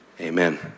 amen